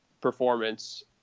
performance